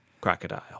Crocodile